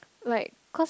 like cause